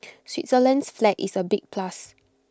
Switzerland's flag is A big plus